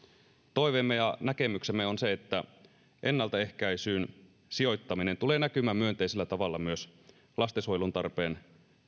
toiveemme ja näkemyksemme on se että ennaltaehkäisyyn sijoittaminen tulee näkymään myönteisellä tavalla myös lastensuojelun tarpeen